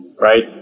Right